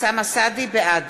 בעד